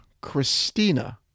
Christina